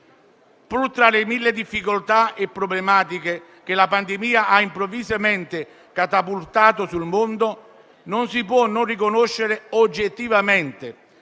tra le mille difficoltà e problematiche che la pandemia ha improvvisamente catapultato sul mondo, non si può non riconoscere, oggettivamente,